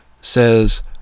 says